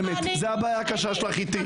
זו הבעיה הקשה שלך איתי.